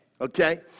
okay